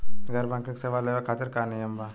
गैर बैंकिंग सेवा लेवे खातिर का नियम बा?